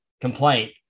complaint